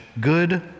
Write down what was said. good